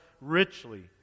richly